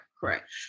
Correct